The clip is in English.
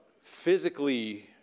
physically